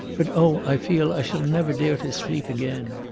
but oh! i feel i shall never dare to sleep again!